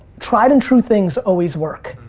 tried-and-true things always work.